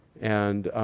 and